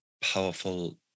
powerful